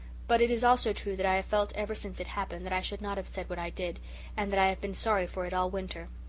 but it is also true that i have felt ever since it happened that i should not have said what i did and that i have been sorry for it all winter.